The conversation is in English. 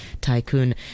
Tycoon